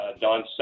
Don